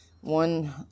one